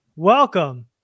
Welcome